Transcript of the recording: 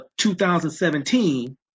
2017